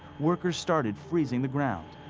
workers started freezing the ground.